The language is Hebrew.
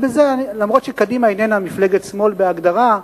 אף שקדימה איננה מפלגת שמאל בהגדרה,